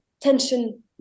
tension